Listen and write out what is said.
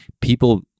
people